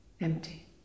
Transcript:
empty